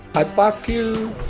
i fuck you.